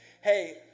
Hey